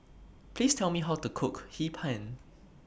Please Tell Me How to Cook Hee Pan